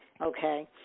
Okay